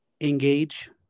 engage